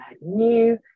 new